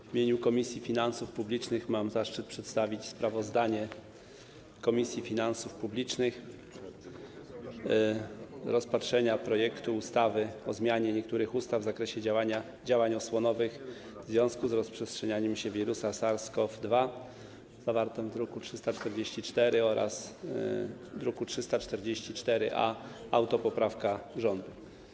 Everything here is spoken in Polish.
W imieniu Komisji Finansów Publicznych mam zaszczyt przedstawić sprawozdanie Komisji Finansów Publicznych z rozpatrzenia projektu ustawy o zmianie niektórych ustaw w zakresie działań osłonowych w związku z rozprzestrzenianiem się wirusa SARS-CoV-2, zawartego w druku nr 344 oraz druku 344-A, autopoprawka rządu.